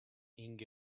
inge